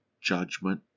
judgment